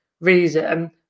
reason